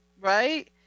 Right